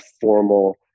formal